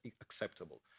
acceptable